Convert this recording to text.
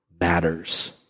matters